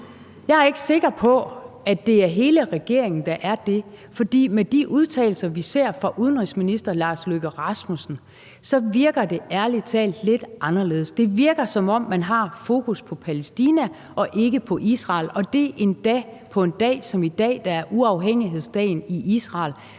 Jeg er ikke sikker på, at det er hele regeringen, der er det, for med de udtalelser, vi ser fra udenrigsministeren, virker det ærlig talt lidt anderledes. Det virker, som om man har fokus på Palæstina og ikke på Israel, og det endda på en dag som i dag, der er uafhængighedsdagen i Israel.